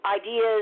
ideas